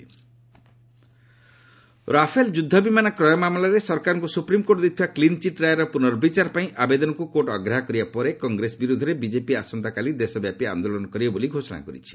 BJP protest Rafale ଯୁଦ୍ଧ ବିମାନ କ୍ରୟ ମାମଲାରେ ସରକାରଙ୍କୁ ସୁପ୍ରିମ୍କୋର୍ଟ ଦେଇଥିବା କ୍ଲିନ୍ ଚିଟ୍ ରାୟର ପୁନର୍ବିଚାର ପାଇଁ ଆବେଦନକୁ କୋର୍ଟ ଅଗ୍ରାହ୍ୟ କରିବା ପରେ କଂଗ୍ରେସ ବିରୋଧରେ ବିଜେପି ଆସନ୍ତାକାଲି ଦେଶବ୍ୟାପୀ ଆନ୍ଦୋଳନ କରିବ ବୋଲି ଘୋଷଣା କରିଛି